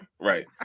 right